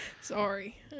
Sorry